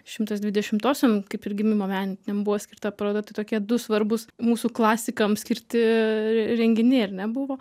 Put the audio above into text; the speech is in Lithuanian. šimtas dvidešimtosiom kaip ir gimimo metinėm buvo skirta paroda tai tokie du svarbūs mūsų klasikam skirti renginiai ar ne buvo